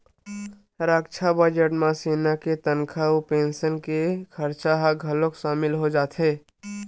रक्छा बजट म सेना के तनखा अउ पेंसन के खरचा ह घलोक सामिल हो जाथे